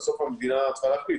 בסוף המדינה צריכה להחליט,